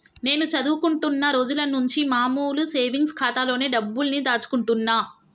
నేను చదువుకుంటున్న రోజులనుంచి మామూలు సేవింగ్స్ ఖాతాలోనే డబ్బుల్ని దాచుకుంటున్నా